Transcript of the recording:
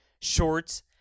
shorts